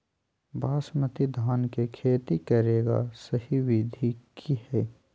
बासमती धान के खेती करेगा सही विधि की हय?